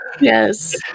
yes